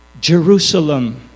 Jerusalem